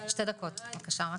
שתי דקות בבקשה.